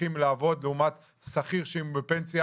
ממשיכים לעבוד לעומת שכיר שהוא בפנסיה,